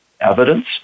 evidence